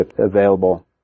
available